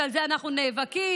שעל זה אנחנו נאבקים,